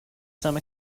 some